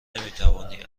نمیتوانی